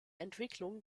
entwicklung